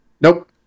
Nope